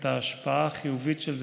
את ההשפעה החיובית של זה,